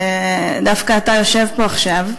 שדווקא אתה יושב פה עכשיו,